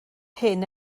hyn